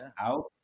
out